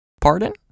Pardon